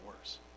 worse